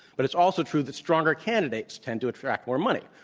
but it's also true that stronger candidates tend to attract more money.